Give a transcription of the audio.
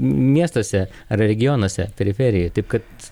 miestuose regionuose periferijoj taip kad